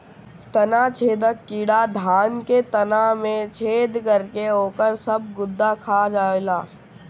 तना छेदक कीड़ा धान के तना में छेद करके ओकर सब गुदा खा जाएला